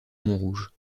montrouge